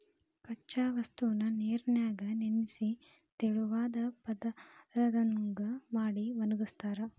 ಕಚ್ಚಾ ವಸ್ತುನ ನೇರಿನ್ಯಾಗ ನೆನಿಸಿ ತೆಳುವಾದ ಪದರದಂಗ ಮಾಡಿ ಒಣಗಸ್ತಾರ